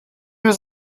was